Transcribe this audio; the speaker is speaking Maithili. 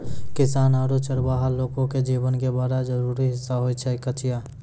किसान आरो चरवाहा लोगो के जीवन के बड़ा जरूरी हिस्सा होय छै कचिया